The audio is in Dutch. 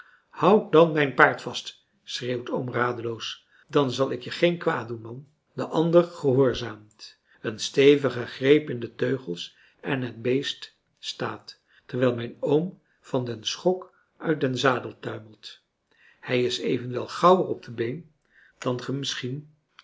houd dan mijn paard vast schreeuwt oom radeloos dan zal ik je geen kwaad doen man de ander gehoorzaamt een stevige greep in de teugels en het beest staat terwijl mijn oom van den schok uit den zadel tuimelt hij is evenwel gauwer op de been dan